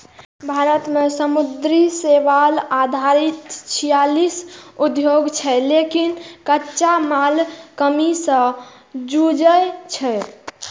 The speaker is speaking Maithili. भारत मे समुद्री शैवाल आधारित छियालीस उद्योग छै, लेकिन कच्चा मालक कमी सं जूझै छै